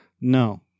No